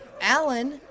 Alan